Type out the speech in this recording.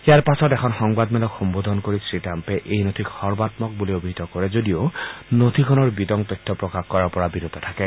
ইয়াৰ পাছত এখন সংবাদমেলক সম্বোধন কৰি শ্ৰীট্ৰাম্পে এই নথিক সৰ্বাম্মক বুলি অভিহিত কৰে যদিও নথিখনৰ বিতং তথ্য প্ৰকাশ কৰাৰ পৰা বিৰত থাকে